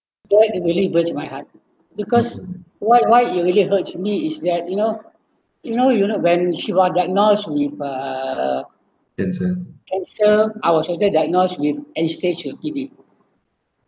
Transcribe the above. that do really break my heart because why why it really hurts me is that you know you know you know when she was diagnosed with uh cancer cancer I was straightaway diagnose with end stage of kidney